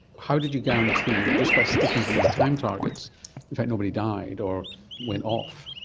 how did you guarantee that just by sticking to these time targets in fact nobody died or went off?